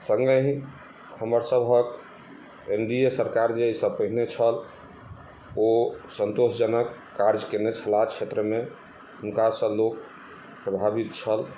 संगहि हमर सभहक एन डी ए सरकार जे एहिसँ पहिने छल ओ सन्तोषनक कार्ज केने छलाह क्षेत्रमे हुनकासँ लोक प्रभावित छल